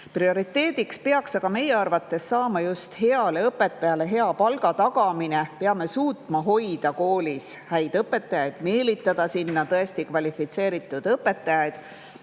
tegeleda. Prioriteediks peaks aga meie arvates saama just heale õpetajale hea palga tagamine. Peame suutma hoida koolis häid õpetajaid, meelitada sinna tõesti kvalifitseeritud õpetajaid.